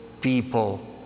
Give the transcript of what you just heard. people